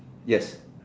yes